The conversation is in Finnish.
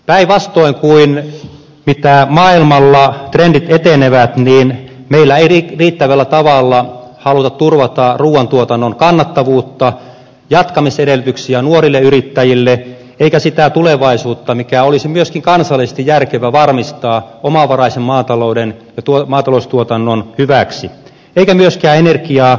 päinvastoin kuin miten maailmalla trendit etenevät meillä ei riittävällä tavalla haluta turvata ruuantuotannon kannattavuutta jatkamisedellytyksiä nuorille yrittäjille eikä sitä tulevaisuutta mikä olisi myöskin kansallisesti järkevä varmistaa omavaraisen maatalouden ja maataloustuotannon hyväksi eikä myöskään energiapolitiikassa